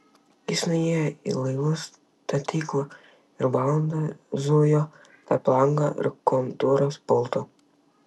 jis nuėjo į laivų statyklą ir valandą zujo tarp lango ir kontoros pulto